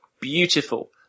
beautiful